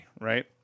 right